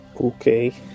Okay